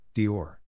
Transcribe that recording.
Dior